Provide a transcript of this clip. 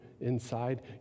inside